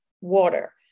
water